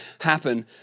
happen